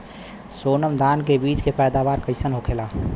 सोनम धान के बिज के पैदावार कइसन होखेला?